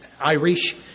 Irish